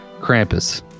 Krampus